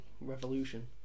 revolution